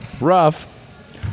rough